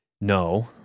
no